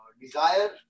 desire